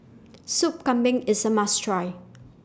Soup Kambing IS A must Try